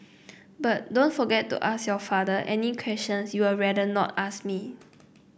but don't forget to ask your father any questions you are rather not ask me